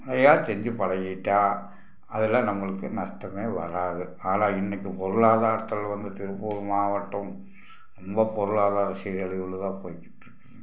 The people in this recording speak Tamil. முறையாக செஞ்சு பழகிக்கிட்டா அதில் நம்மளுக்கு நஷ்டமே வராது ஆனால் இன்றைக்கு பொருளாதாரத்தில் வந்து திருப்பூர் மாவட்டம் ரொம்ப பொருளாதார சீரழிவுல தான் போயிக்கிட்டிருக்குது